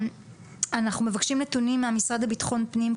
אנחנו מבקשים נתונים מהמשרד לביטחון פנים,